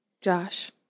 Josh